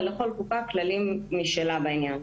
ולכל קופה כללים משלה בעניין.